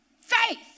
Faith